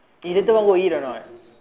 eh later want go eat or not